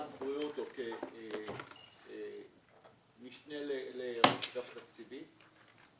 בריאות או כמשנה לראש אגף התקציבים,